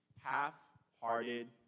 half-hearted